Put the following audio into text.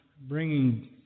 bringing